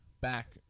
back